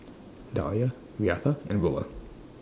Dahlia Reatha and Willa